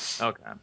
okay